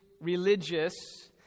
religious